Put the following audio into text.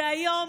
והיום